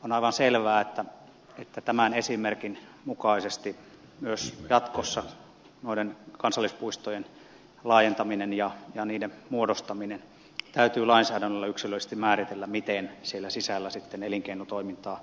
on aivan selvää että tämän esimerkin mukaisesti myös jatkossa noiden kansallispuistojen laajentamisen ja niiden muodostamisen yhteydessä täytyy lainsäädännöllä yksilöllisesti määritellä miten siellä sisällä elinkeinotoimintaa voidaan harjoittaa